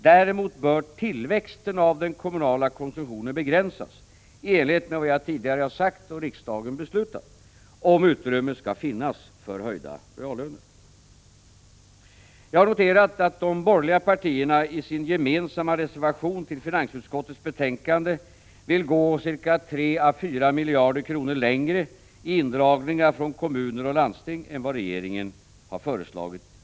Däremot bör tillväxten av den kommunala konsumtionen begränsas i enlighet med vad jag tidigare sagt och riksdagen beslutat, om utrymme skall finnas för höjda reallöner. Jag har noterat att de borgerliga partierna i sin gemensamma reservation till finansutskottets betänkande vill gå 3 å 4 miljarder kronor längre i indragningar från kommuner och landsting än vad regeringen föreslagit.